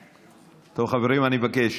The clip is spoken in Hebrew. חברים, אני מבקש.